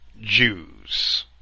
Jews